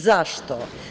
Zašto?